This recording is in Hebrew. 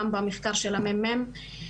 גם במחקר של המ"מ,